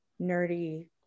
nerdy